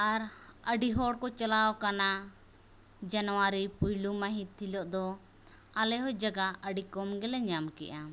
ᱟᱨ ᱟᱹᱰᱤ ᱦᱚᱲᱠᱚ ᱪᱟᱞᱟᱣᱟᱠᱟᱱᱟ ᱡᱟᱱᱩᱣᱟᱨᱤ ᱯᱩᱭᱞᱩ ᱢᱟᱦᱤᱛ ᱦᱤᱞᱳᱜᱫᱚ ᱟᱞᱮᱦᱚᱸ ᱡᱟᱜᱟ ᱟᱹᱰᱤ ᱠᱚᱜᱮᱞᱮ ᱧᱟᱢᱠᱮᱫᱼᱟ